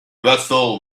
vessel